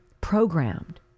programmed